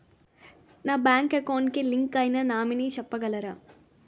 నా bank account కి link అయినా నామినీ చెప్పగలరా?